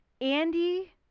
andy